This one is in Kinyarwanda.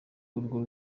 urwo